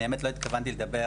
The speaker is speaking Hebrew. האמת היא שלא התכוונתי לדבר.